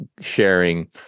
sharing